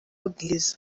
bwiza